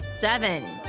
Seven